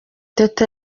teta